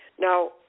Now